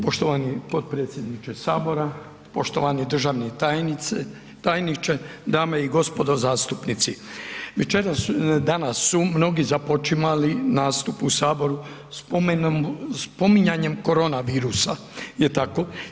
Poštovani potpredsjedniče sabora, poštovani državni tajniče, dame i gospodo zastupnici, večeras su, danas su mnogi započimali nastup u saboru spominjanjem korona virusa, je tako?